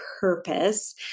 purpose